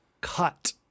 Cut